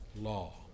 law